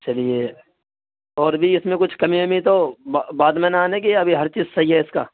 چلیے اور بھی اس میں کچھ کمی ومی ہے تو بعد میں نہ آنے کے یا ابھی ہر چیز صحیح ہے اس کا